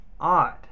odd